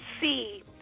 see